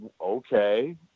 okay